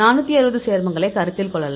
460 சேர்மங்களை கருத்தில் கொள்ளலாம்